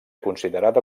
considerada